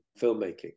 filmmaking